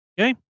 okay